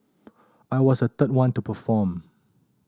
I was the third one to perform